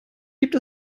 gibt